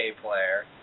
player